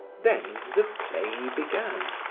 then the play began.